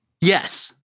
Yes